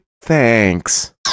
Thanks